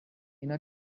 اینا